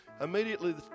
Immediately